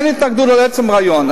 אין התנגדות לעצם הרעיון,